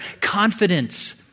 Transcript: confidence